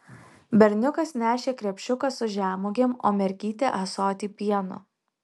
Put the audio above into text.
berniukas nešė krepšiuką su žemuogėm o mergytė ąsotį pieno